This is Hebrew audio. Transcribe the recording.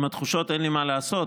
עם התחושות אין לי מה לעשות,